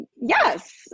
yes